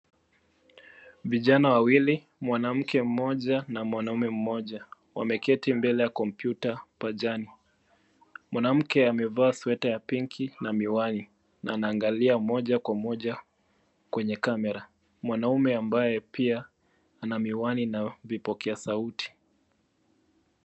Vijana wawili, mwanamke mmoja na mwanaume mmoja, wameketi mbele ya kompyuta pajani. Mwanamke amevaa sweta ya pinki na miwani na anaangalia moja kwa moja kwenye kamera. Mwanaume ambaye pia ana miwani na vipokea sauti.